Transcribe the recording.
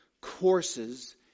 courses